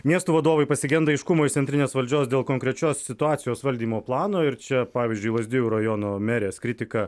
miestų vadovai pasigenda aiškumo iš centrinės valdžios dėl konkrečios situacijos valdymo plano ir čia pavyzdžiui lazdijų rajono merės kritika